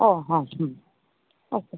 ओ हा अस्तु